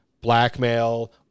blackmail